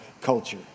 culture